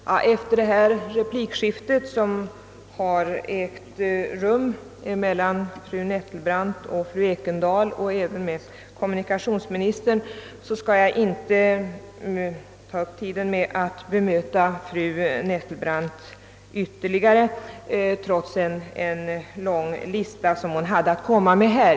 Herr talman! Efter det replikskifte som nu ägt rum mellan fru Nettelbrandt och fru Ekendahl och med kommunikationsministern skall jag inte uppta tiden med att bemöta fru Nettelbrandt ytterligare, trots att hon presenterade en lång lista.